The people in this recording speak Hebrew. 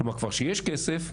כבר יש כסף,